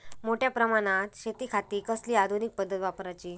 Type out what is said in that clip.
मोठ्या प्रमानात शेतिखाती कसली आधूनिक पद्धत वापराची?